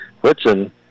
Whitson